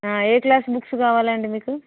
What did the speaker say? ఏ class books కావాలండి మీకు